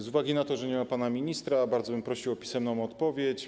Z uwagi na to, że nie ma pana ministra, bardzo bym prosił o pisemną odpowiedź.